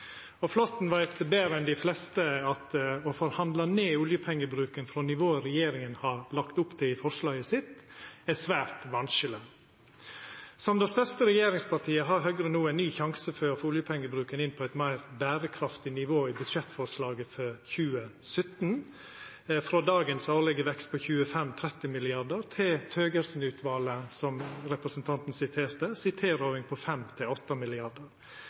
oljepengebruk. Flåtten veit betre enn dei fleste at å forhandla ned oljepengebruken frå nivået regjeringa har lagt opp til i forslaget sitt, er svært vanskeleg. Som det største regjeringspartiet har Høgre no ein ny sjanse til å få oljepengebruken inn på eit meir berekraftig nivå i budsjettforslaget for 2017, frå dagens årlege vekst på 25–30 mrd. kr til forslaget frå Thøgersen-utvalet, som representanten viste til, på